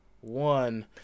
one